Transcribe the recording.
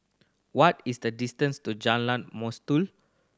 what is the distance to Jalan Mastuli